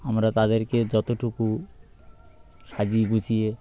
আমরা তাদেরকে যতটুকু সাজিয়ে গুছিয়ে